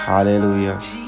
Hallelujah